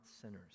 sinners